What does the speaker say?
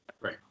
Right